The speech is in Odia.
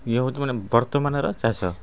ଇଏ ହେଉଛି ମାନେ ବର୍ତ୍ତମାନର ଚାଷ